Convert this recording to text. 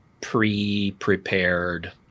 pre-prepared